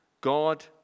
God